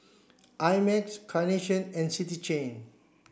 I Max Carnation and City Chain